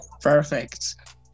Perfect